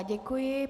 Děkuji.